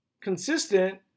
consistent